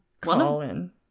Colin